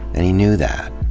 and he knew that.